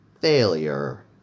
Failure